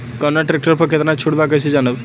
कवना ट्रेक्टर पर कितना छूट बा कैसे जानब?